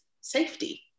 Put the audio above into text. safety